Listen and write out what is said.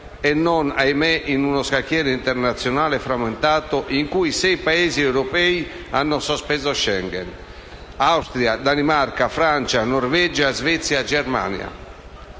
e non, ahimè, in uno scacchiere internazionale frammentato, in cui sei Paesi europei hanno sospeso Schengen: Austria, Danimarca, Francia, Norvegia, Svezia e Germania.